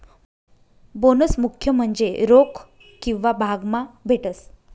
bonus मुख्य म्हन्जे रोक किंवा भाग मा भेटस